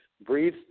Breathe